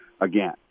again